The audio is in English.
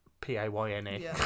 P-A-Y-N-E